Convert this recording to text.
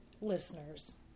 listeners